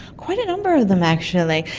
quite a number of them actually.